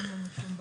אין לנו שום בעיה.